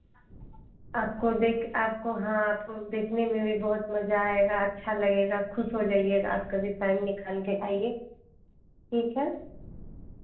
आपको देख आपको हाँ आपको देखने में भी बहुत मज़ा आएगा अच्छा लगेगा खुश हो जाइएगा आप कभी टाइम निकाल कर आइए ठीक है